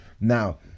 Now